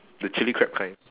the chilli crab kind